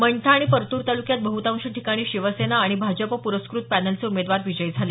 मंठा आणि परतूर ताल्क्यात बह्तांश ठिकाणी शिवसेना आणि भाजपा पुरस्कृत पॅनलचे उमेदवार विजयी झाले